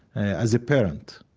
as a parent,